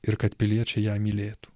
ir kad piliečiai ją mylėtų